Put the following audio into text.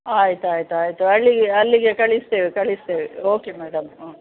ಆಯ್ತು ಆಯ್ತು ಆಯಿತು ಅಲ್ಲಿಗೆ ಅಲ್ಲಿಗೆ ಕಳಿಸ್ತೇವೆ ಕಳಿಸ್ತೇವೆ ಓಕೆ ಮೇಡಮ್ ಓ